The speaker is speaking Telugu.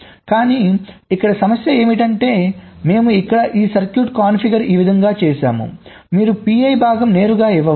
కానీ ఇక్కడ సమస్య ఏమిటంటే మేము ఇక్కడ ఈ సర్క్యూట్ కాన్ఫిగర్ ఈ విధంగా చేసాము మీరు PI భాగం నేరుగా ఇవ్వవచ్చు